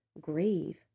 grieve